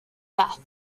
death